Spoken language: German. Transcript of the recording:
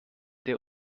der